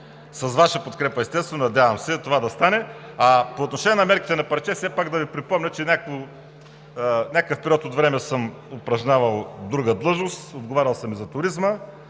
С Ваша подкрепа, естествено, надявам се това да стане. По отношение на мерките на парче – да Ви припомня, че в някакъв период от време съм упражнявал друга длъжност, отговарял съм и за туризма.